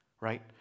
right